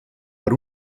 per